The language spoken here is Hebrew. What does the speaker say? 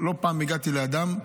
לא פעם הגעתי לאדם,